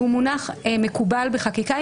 והוא מונח מקובל בחקיקה,